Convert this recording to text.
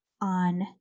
on